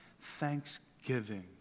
thanksgiving